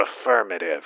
Affirmative